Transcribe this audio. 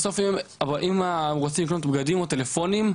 ואם הם רוצים לקנות בגדים או טלפונים,